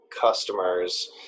customers